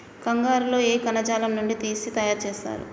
కంగారు లో ఏ కణజాలం నుండి తీసి తయారు చేస్తారు?